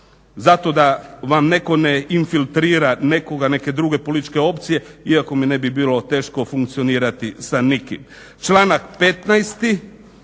zato da vam netko ne infiltrira nekoga, neke druge političke opcije iako mi ne bi bilo teško funkcionirati sa nikim. Članak 15.,